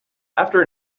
after